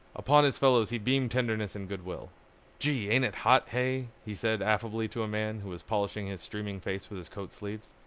upon his fellows he beamed tenderness and good will. gee! ain't it hot, hey? he said affably to a man who was polishing his streaming face with his coat sleeves.